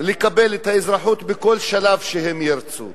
לקבל את האזרחות בכל שלב שהם ירצו.